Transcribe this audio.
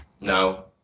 No